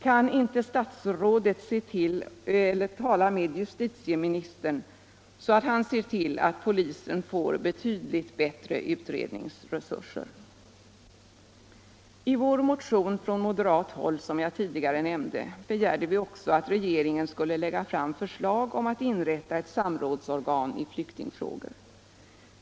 Kan inte statsrådet tala med justitieministern, så att han ser till att polisen får betydligt bättre utredningsresurser? I vår moderatmotion som jag tidigare nämnde begärde vi också att regeringen skulle lägga fram förslag om att inrätta ett samrådsorgan i flyktingfrågor.